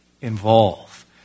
involve